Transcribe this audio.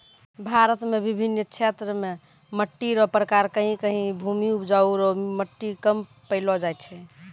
भारत मे बिभिन्न क्षेत्र मे मट्टी रो प्रकार कहीं कहीं भूमि उपजाउ रो मट्टी कम पैलो जाय छै